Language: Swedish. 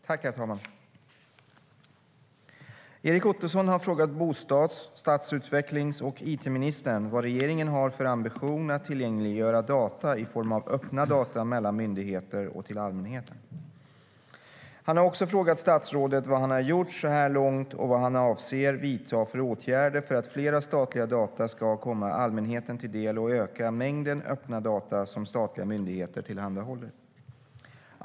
Herr talman! Erik Ottoson har frågat bostads, stadsutvecklings och it-ministern vad regeringen har för ambition att tillgängliggöra data i form av öppna data mellan myndigheter och till allmänheten. Han har också frågat statsrådet vad han gjort så här långt och vad han avser att vidta för åtgärder för att fler statliga data ska komma allmänheten till del och öka mängden öppna data som statliga myndigheter tillhandahåller.